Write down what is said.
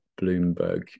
Bloomberg